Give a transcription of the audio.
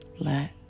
Let